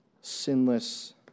sinless